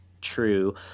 true